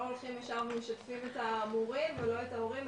לא הולכים ישר ומשתפים את המורים ולא את ההורים,